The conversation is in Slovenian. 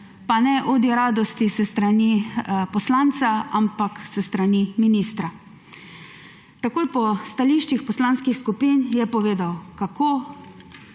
Pa ne odi radosti s strani poslanca, ampak s strani ministra. Takoj po stališčih poslanskih skupin je povedal, kako